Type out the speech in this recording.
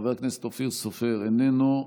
חבר הכנסת אופיר סופר, איננו.